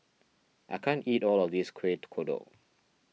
I can't eat all of this Kuih Kodok